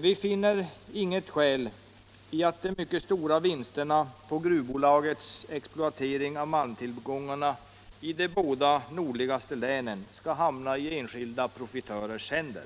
Vi finner inget skäl för att de mycket stora vinsterna på gruvbolagets exploatering av malmtillgångarna i de båda nordligaste länen skall hamna i enskilda profitörers händer.